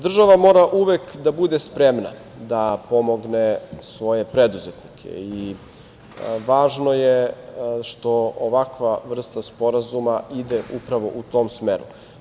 Država mora uvek da bude spremna da pomogne svoje preduzetnike i važno je što ovakva vrsta sporazuma ide upravo u tom smeru.